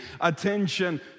attention